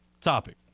topic